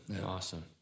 awesome